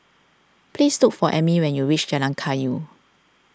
please look for Ammie when you reach Jalan Kayu